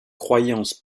croyance